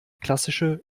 klassische